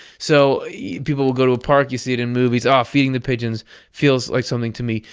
so people will go to a park, you see it in movies, ah, feeding the pigeons feels like something to me.